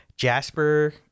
Jasper